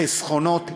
חסכונות.